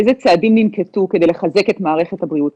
איזה צעדים ננקטו כדי לחזק את מערכת הבריאות.